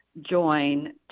join